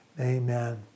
Amen